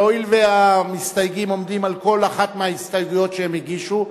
והואיל והמסתייגים עומדים על כל אחת מההסתייגויות שהם הגישו,